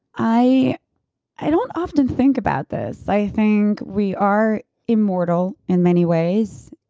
i i don't often think about this. i think we are immortal in many ways,